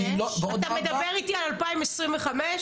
אתה מדבר איתי על 2025?